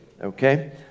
okay